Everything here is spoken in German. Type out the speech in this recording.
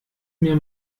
mir